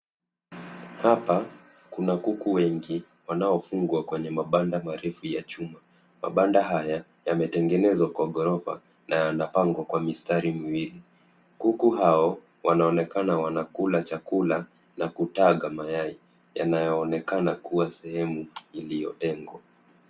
Hapa kuna kuku wengi wanaofungwa kwenye mabanda marefu ya chuma, mabanda haya yametengenezwa kwa ghorofa na yanapangwa kwa mistari miwili, kuku hao wanaonekana wanakula chakula na kutaga mayai yanayoonekana kua sehemu iliyotengwa.